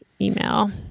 email